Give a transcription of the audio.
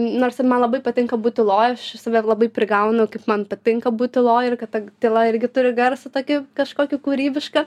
nors ir man labai patinka būt tyloj aš save labai prigaunu kaip man patinka būt tyloj ir kad ta tyla irgi turi garsą tokį kažkokį kūrybišką